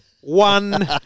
one